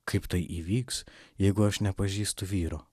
kaip tai įvyks jeigu aš nepažįstu vyro